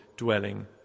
dwelling